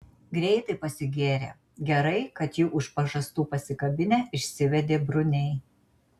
greitai pasigėrė gerai kad jį už pažastų pasikabinę išsivedė bruniai